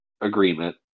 agreement